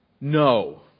No